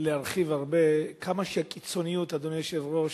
להרחיב הרבה כמה הקיצוניות, אדוני היושב-ראש,